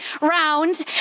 round